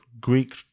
Greek